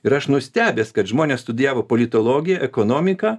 ir aš nustebęs kad žmonės studijavo politologiją ekonomiką